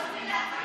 מה זה הדבר הזה?